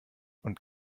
und